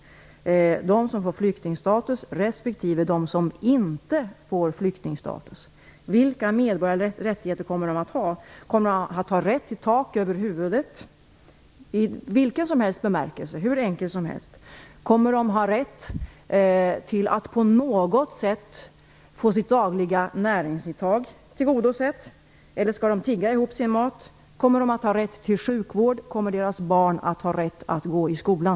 Frågan gäller de som får flyktingstatus respektive de som inte får flyktingstatus. Vilka medborgerliga rättigheter kommer de att få? Kommer de att ha rätt till tak över huvudet, i vilken som helst bemärkelse och hur enkel som helst? Kommer de att ha rätt att på något sätt få sitt dagliga näringsintag tillgodosett? Eller skall de tigga ihop sin mat? Kommer de att ha rätt till sjukvård? Kommer deras barn att ha rätt att gå i skolan?